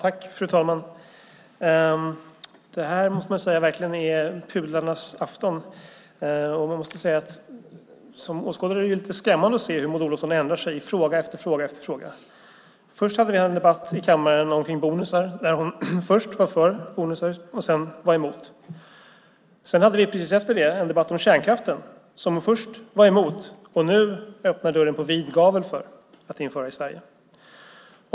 Fru talman! Detta är verkligen pudlarnas afton. Det är lite skrämmande att se hur Maud Olofsson ändrar sig i fråga efter fråga. Vi hade först en debatt i kammaren om bonusar där hon först var för bonusar och sedan var emot. Sedan hade vi precis efter det en debatt om kärnkraften som hon först var emot och nu öppnar dörren på vid gavel för i Sverige.